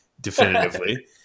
definitively